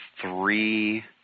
three